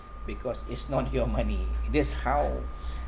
because it's not your money that's how